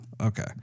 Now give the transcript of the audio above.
Okay